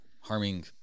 harming